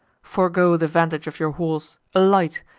forego the vantage of your horse, alight,